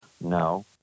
no